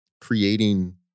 creating